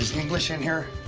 english in here?